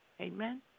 Amen